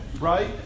Right